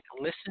listen